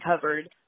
covered